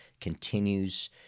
continues